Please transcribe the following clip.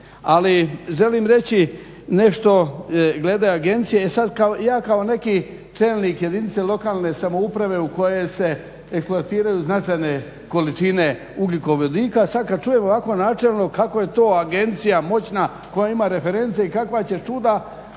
Ali želim reći nešto glede agencije. E sad ja kao neki čelnik jedinice lokalne samouprave u koje se eksploatiraju značajne količine ugljikovodika sad kad čujemo ovako načelno kako je to agencija moćna koja ima reference i kakva će čuda